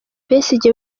besigye